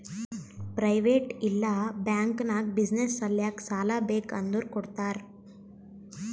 private ಇಲ್ಲಾ bank ನಾಗ್ business ಸಲ್ಯಾಕ್ ಸಾಲಾ ಬೇಕ್ ಅಂದುರ್ ಕೊಡ್ತಾರ್